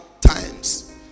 times